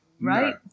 right